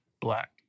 black